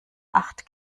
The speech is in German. acht